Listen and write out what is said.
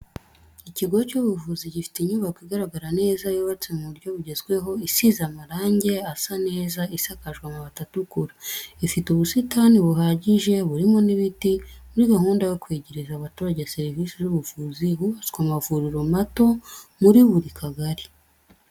Ikigo cy'ubuvuzi gifite inyubako igaragara neza yubatse mu buryo bugezweho isize amarange asa neza isakajwe amabati atukura, ifite ubusitani buhagije, burimo n'ibiti, muri gahunda yo kwegereza abaturage serivisi z'ubuvuzi hubatswe amavuriro mato muri buri kagari.